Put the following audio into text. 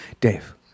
dave